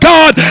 God